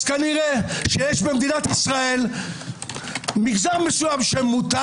כנראה שיש במדינת ישראל מגזר מסוים שמותר